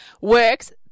Works